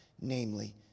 namely